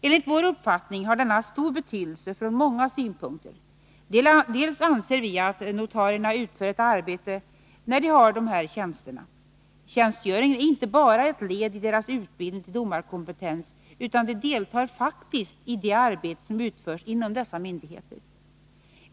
Enligt vår uppfattning har denna stor betydelse från många synpunkter. Dels anser vi att notarierna utför ett arbete när de har dessa tjänster. Tjänstgöringen är inte bara ett led i deras utbildning till domarkompetens, utan de deltar faktiskt i det arbete som utförs inom dessa myndigheter.